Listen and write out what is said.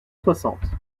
soixante